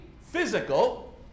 physical